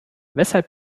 weshalb